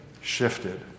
shifted